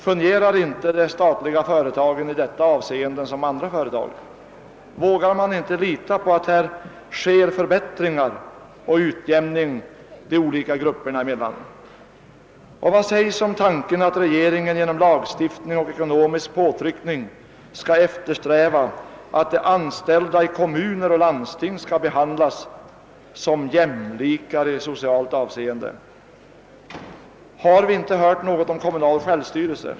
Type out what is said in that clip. Fungerar inte de statliga företagen i detta avseende som andra företag? Vågar man inte lita på att här sker förbättringar och utjämning de olika grupperna emellan? Och vad sägs om tanken att regeringen genom lagstiftning och ekonomisk påtryckning skall eftersträva att de anställda i kommuner och landsting skall behandlas som »jämlikar i socialt hänseende»? Har vi inte hört något om kommunal självstyrelse?